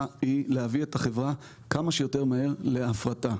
היא להביא את החברה כמה שיותר מהר להפרטה.